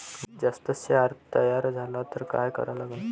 मातीत जास्त क्षार तयार झाला तर काय करा लागन?